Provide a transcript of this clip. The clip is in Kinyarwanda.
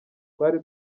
twari